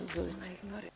Izvolite.